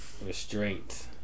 restraint